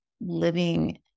living